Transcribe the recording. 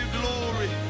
glory